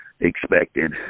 expected